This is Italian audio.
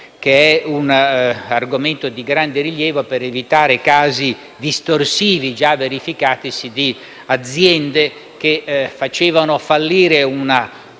gruppo, argomento di grande rilievo per evitare casi distorsivi, già verificatisi, di aziende che facevano fallire una